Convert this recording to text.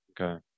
Okay